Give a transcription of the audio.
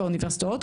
באוניברסיטאות,